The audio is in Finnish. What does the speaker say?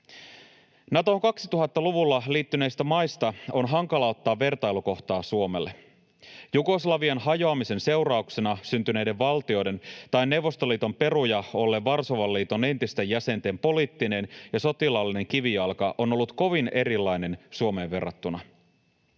Natoon 2000-luvulla liittyneistä maista on hankala ottaa vertailukohtaa Suomelle. Jugoslavian hajoamisen seurauksena syntyneiden valtioiden tai Neuvostoliiton peruja olleen Varsovan liiton entisten jäsenten poliittinen ja sotilaallinen kivijalka on ollut kovin erilainen Suomeen verrattuna.